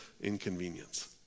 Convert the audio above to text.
inconvenience